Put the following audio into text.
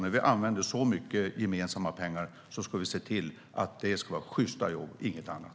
När vi använder så mycket gemensamma pengar ska vi se till att det ska vara sjysta jobb och ingenting annat.